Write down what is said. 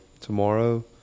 tomorrow